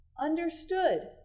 understood